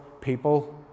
people